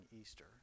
Easter